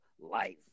life